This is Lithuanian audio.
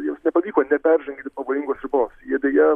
jiems nepavyko neperžengti pavojingos ribos jie deja